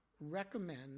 recommend